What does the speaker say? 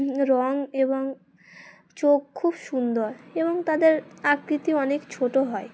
রঙ এবং চোখ খুব সুন্দর এবং তাদের আকৃতি অনেক ছোটো হয়